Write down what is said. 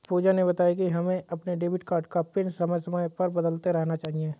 पूजा ने बताया कि हमें अपने डेबिट कार्ड का पिन समय समय पर बदलते रहना चाहिए